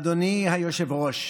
אדוני היושב-ראש,